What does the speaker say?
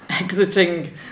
exiting